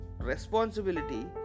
responsibility